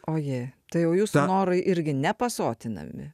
ojėj tai jau jūsų norai irgi nepasotinami